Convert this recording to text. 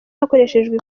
hakoreshejwe